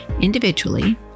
individually